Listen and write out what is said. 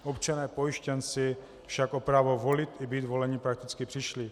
Občané pojištěnci však o právo volit i být voleni prakticky přišli.